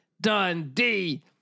Dundee